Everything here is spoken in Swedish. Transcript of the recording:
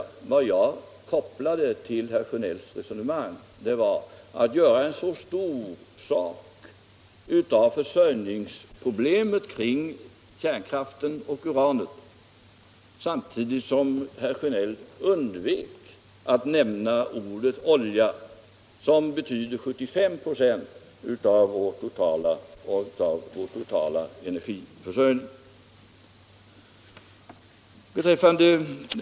Den reflexion jag kopplade till herr Sjönells resonemang var att det gjordes en stor sak av problemet med försörjningen med uran men att oljan, som står för 75 96 av vår totala energiförsörjning, inte nämndes.